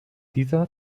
dieser